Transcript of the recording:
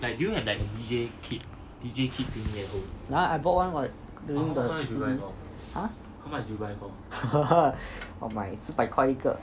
yeah I bought one what during the school holidays !huh! 我买四百块一个